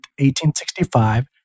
1865